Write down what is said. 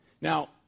Now